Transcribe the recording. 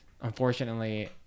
unfortunately